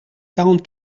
quarante